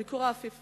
עם ביקור האפיפיור.